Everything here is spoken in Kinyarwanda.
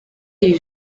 iri